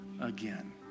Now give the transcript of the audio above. again